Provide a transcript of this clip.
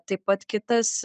taip pat kitas